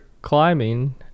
Climbing